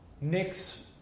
Nick's